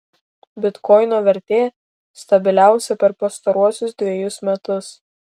bitkoino vertė stabiliausia per pastaruosius dvejus metus